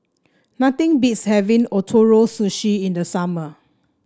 nothing beats having Ootoro Sushi in the summer